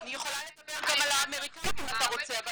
אני יכולה גם לדבר על האמריקאים אם אתה רוצה,